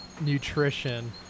nutrition